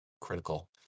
critical